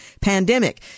pandemic